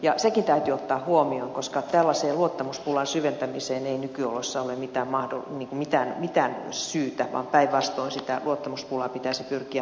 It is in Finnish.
ja sekin täytyy ottaa huomioon koska tällaiseen luottamuspulan syventämiseen ei nykyoloissa ole mitään syytä vaan päinvastoin sitä luottamuspulaa pitäisi pyrkiä poistamaan